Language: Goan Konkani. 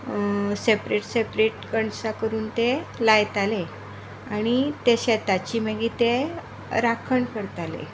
सेपरेट सेपरेट कणसां करून ते लायताले आनी ते शेताची मागीर ते राखण करताले